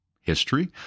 history